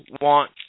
want